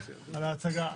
ההצגה.